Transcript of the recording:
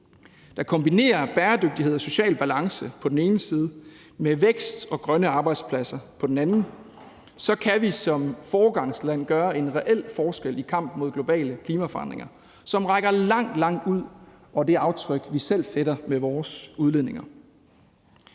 der kombinerer bæredygtighed og social balance på den ene side med vækst og grønne arbejdspladser på den anden side, kan vi som foregangsland gøre en reel forskel i kampen mod globale klimaforandringer, som rækker langt, langt ud over det aftryk, vi selv sætter med vores udledninger.